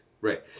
Right